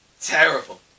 Terrible